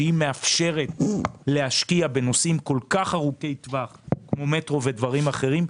שהיא מאפשרת להשקיע בנושאים כל כך ארוכי טווח כמו מטרו ודברים אחרים,